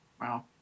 Wow